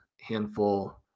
handful